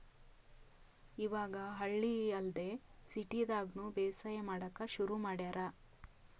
ಇವಾಗ್ ಹಳ್ಳಿ ಅಲ್ದೆ ಸಿಟಿದಾಗ್ನು ಬೇಸಾಯ್ ಮಾಡಕ್ಕ್ ಶುರು ಮಾಡ್ಯಾರ್